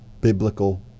biblical